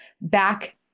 back